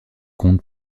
contre